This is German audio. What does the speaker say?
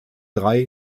drei